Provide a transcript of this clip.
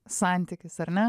santykis ar ne